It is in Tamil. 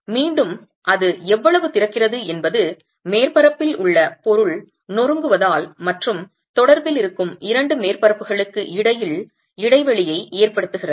மீண்டும் அது எவ்வளவு திறக்கிறது என்பது மேற்பரப்பில் உள்ள பொருள் நொறுங்குவதால் மற்றும் தொடர்பில் இருக்கும் இரண்டு மேற்பரப்புகளுக்கு இடையில் இடைவெளியை ஏற்படுத்துகிறது